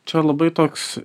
čia labai toks